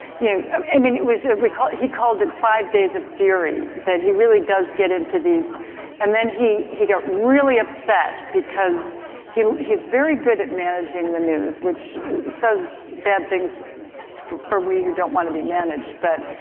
you know. i mean, it was just, we called, he called it five days of fury, that he really does get into these and then he, he got really upset because he, he's very good at managing the news which says bad things for, for we who don't want to be managed, but,